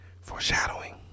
Foreshadowing